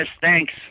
Thanks